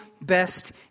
best